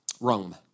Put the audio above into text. Rome